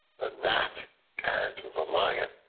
the gnat and the lion